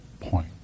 point